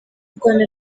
rwanda